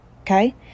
Okay